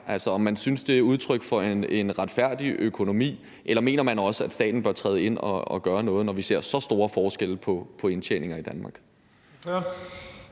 altså om man synes, det er udtryk for en retfærdig økonomi. Eller mener man også, at staten bør træde ind og gøre noget, når vi ser så store forskelle på indtjeninger i Danmark?